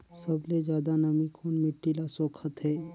सबले ज्यादा नमी कोन मिट्टी ल सोखत हे?